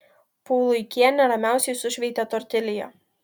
puluikienė ramiausiai sušveitė tortilją